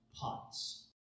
pots